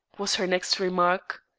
was her next remark.